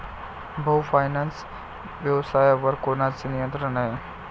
भाऊ फायनान्स व्यवसायावर कोणाचे नियंत्रण आहे?